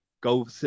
go